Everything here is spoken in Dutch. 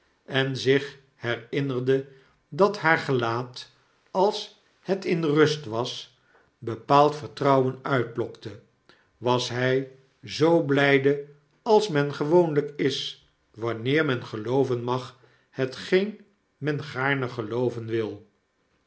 en zich herinnerde dat haar gelaat als het in rust was bepaald vertrouwen uitlokte was hij zoo blgde als men gewoonigk is wanneer men gelooven mag hetgeen men gaarne gelooven wil